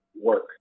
work